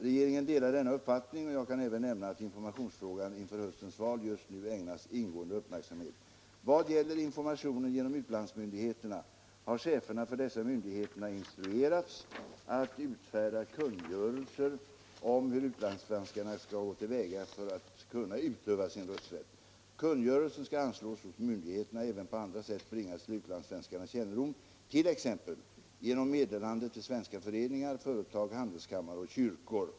Regeringen delar denna uppfattning, och jag kan även nämna att informationsfrågan inför höstens val just nu ägnas ingående uppmärksamhet. Vad gäller informationen genom utlandsmyndigheterna har cheferna för dessa myndigheter instruerats att utfärda kungörelse om hur utlandssvenskarna skall gå till väga för att kunna utöva sin rösträtt. Kungörelsen skall anslås hos myndigheterna och även på andra sätt bringas till utlandssvenskarnas kännedom, t.ex. genom meddelande till svenska föreningar, företag, handelskammare och kyrkor.